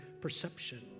perception